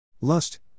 Lust